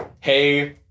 Hey